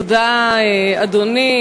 תודה, אדוני.